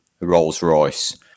Rolls-Royce